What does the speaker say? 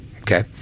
Okay